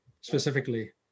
specifically